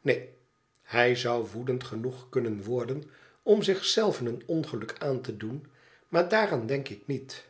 neen hij zou woedend genoeg kunnen worden om zich zelven een ongeluk aan te doen maar daaraan denk ik niet